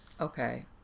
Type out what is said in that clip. okay